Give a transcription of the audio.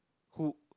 who